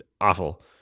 awful